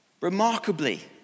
remarkably